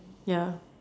ya